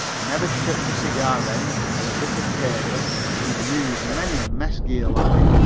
never shirked a cigar end or a bit of paper and amused many a mess gear line.